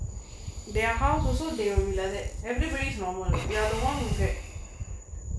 their house also they will be like that everybody's normal you are the [one] who get